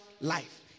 life